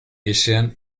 ihesean